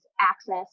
access